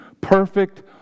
perfect